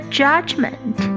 judgment